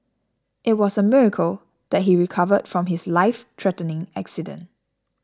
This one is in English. it was a miracle that he recovered from his lifethreatening accident